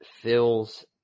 fills